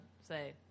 say